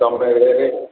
ତୁମ ଏରିଆରେ